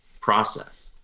process